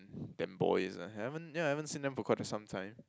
them boys uh haven't yeah I haven't seen them for quite the some time